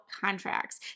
contracts